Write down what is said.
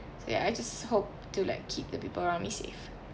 so ya I just hope to like keep the people around me safe